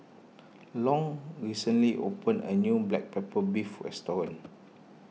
Long recently opened a new Black Pepper Beef restaurant